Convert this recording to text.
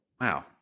wow